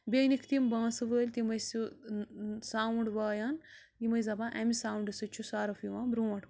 بیٚیہِ أنِکھ تِم بانٛسہٕ وٲلۍ تِم ٲسۍ سُہ ساوُنٛڈ وایان یِم ٲسۍ دَپان امہِ ساوُنٛڈ سۭتۍ چھُ سَرُپھ یِوان برونٹھ